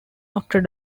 notre